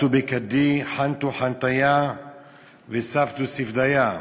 אטו בכדי חנטו חנטיא וספדו ספדיה.